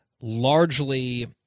largely